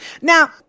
Now